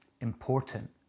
important